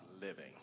living